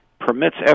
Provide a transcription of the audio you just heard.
permits